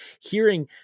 hearing